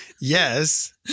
Yes